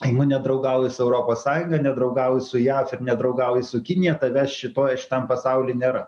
jeigu nedraugauji su europos sąjunga nedraugauji su jav ir nedraugauji su kinija tavęs šitoj šitam pasauly nėra